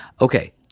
Okay